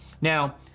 Now